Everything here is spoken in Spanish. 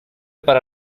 para